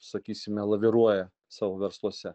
sakysime laviruoja savo versluose